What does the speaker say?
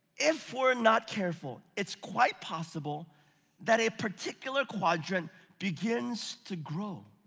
if we're not careful, it's quite possible that a particular quadrant begins to grow.